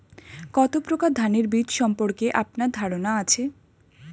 কত প্রকার ধানের বীজ সম্পর্কে আপনার ধারণা আছে?